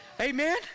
amen